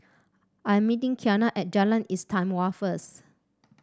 I'm meeting Kianna at Jalan Istimewa first